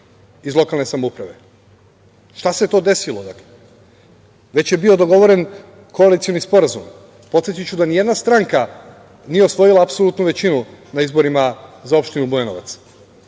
iz lokalne samouprave? Šta se to desilo? Već je bio dogovoren koalicioni sporazum. Podsetiću da ni jedna stranka nije osvojila apsolutnu većinu na izborima za opštinu Bujanovac.